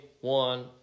One